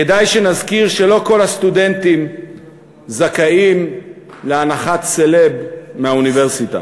כדאי שנזכיר שלא כל הסטודנטים זכאים להנחת סלב מהאוניברסיטה.